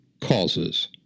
causes